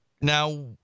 Now